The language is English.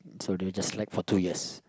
so they just slack for two years